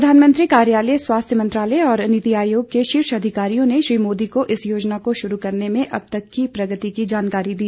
प्रधानमंत्री कार्यालय स्वास्थ्य मंत्रालय और नीति आयोग के शीर्ष अधिकारियों ने श्री मोदी को इस योजना को शुरू करने में अब तक की प्रगति की जानकारी दी